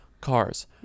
Cars